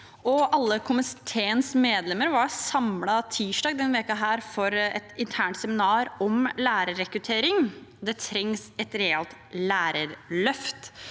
Alle komiteens medlemmer var tirsdag denne uken samlet for et internt seminar om lærerrekruttering. Det trengs et realt lærerløft.